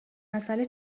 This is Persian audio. مسئله